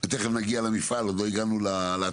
וגם הוורסיה שלנו היא יותר מורכבת.